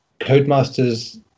Codemasters